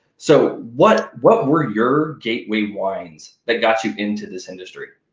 so, what what were your gateway wines that got you into this industry?